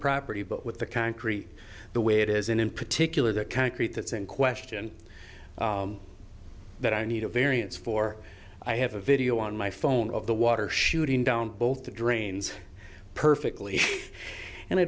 property but with the concrete the way it is in in particular the concrete that's in question that i need a variance for i have a video on my phone of the water shooting down both the drains perfectly and i